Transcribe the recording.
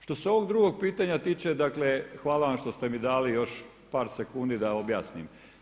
Što se ovog drugog pitanja tiče, dakle hvala vam što ste mi dali još par sekundi da objasnim.